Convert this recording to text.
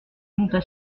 monta